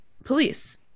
police